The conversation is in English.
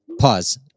Pause